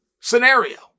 scenario